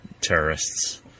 terrorists